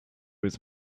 his